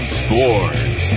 sports